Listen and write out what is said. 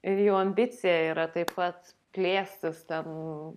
ir jų ambicija yra taip pat plėstis ten